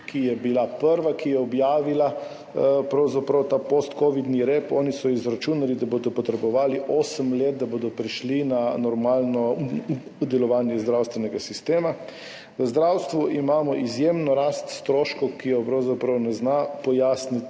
ki je bila prva, ki je objavila pravzaprav ta postkovidni rep, oni so izračunali, da bodo potrebovali osem let, da bodo prišli na normalno delovanje zdravstvenega sistema. V zdravstvu imamo izjemno rast stroškov, ki je pravzaprav ne zna pojasniti